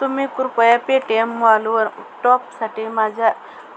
तुम्ही कृपया Paytm मॉलवर टॉपसाठी माझ्या